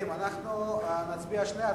חברים, אנחנו נעשה שתי הצבעות.